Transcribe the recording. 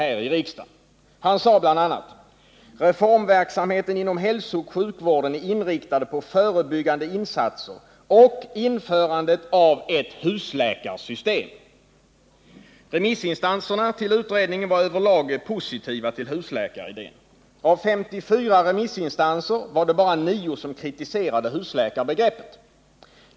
Han sade bl.a.: ”Reformverksamheten inom hälsooch sjukvården är inriktad på förebyggande insatser och införandet av ett husläkarsystem.” Remissinstanserna till utredningen var över lag positiva till husläkaridén. Av 54 remissinstanser var det bara 9 som kritiserade husläkarbegreppet.